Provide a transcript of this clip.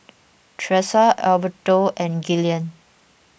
Tressa Alberto and Gillian